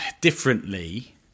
differently